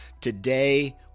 Today